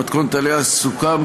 במתכונת שעליה סוכם,